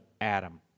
Adam